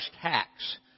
tax